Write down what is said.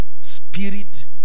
spirit